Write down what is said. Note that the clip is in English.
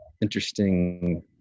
interesting